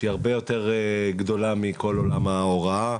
שהיא הרבה יותר גדולה מכל עולם ההוראה.